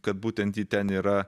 kad būtent ji ten yra